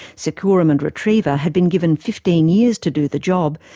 securum and retriva had been given fifteen years to do the job,